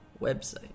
website